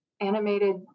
animated